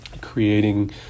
creating